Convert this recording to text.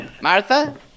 Martha